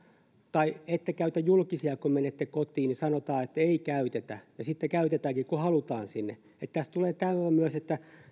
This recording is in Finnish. tai kun sanotaan että ette käytä julkisia kun menette kotiin niin siihen sanotaan että ei käytetä ja sitten käytetäänkin kun halutaan sinne että tässä tulee tämä myös että